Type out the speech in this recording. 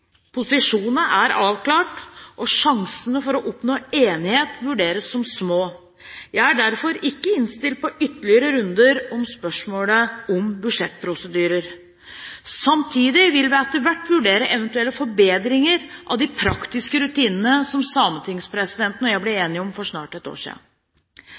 er avklart, og sjansene for å oppnå enighet vurderes som små. Jeg er derfor ikke innstilt på ytterligere runder om spørsmålet om budsjettprosedyrer. Samtidig vil vi etter hvert vurdere eventuelle forbedringer av de praktiske rutinene som sametingspresidenten og jeg ble enige om for snart ett år